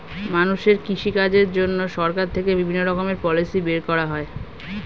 মানুষের কৃষি কাজের জন্য সরকার থেকে বিভিন্ন রকমের পলিসি বের করা হয়